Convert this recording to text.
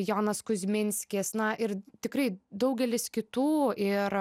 jonas kuzminskis na ir tikrai daugelis kitų ir